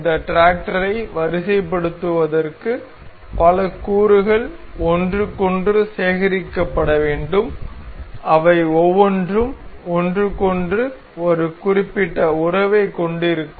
இந்த டிராக்டரை வரிசைப்படுத்துவதற்கு பல கூறுகள் ஒன்றுக்கொன்று சேகரிக்கப்பட வேண்டும் அவை ஒவ்வொன்றும் ஒன்றுக்கொன்று ஒரு குறிப்பிட்ட உறவைக் கொண்டிருக்கும்